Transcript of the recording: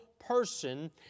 person